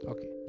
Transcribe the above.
Okay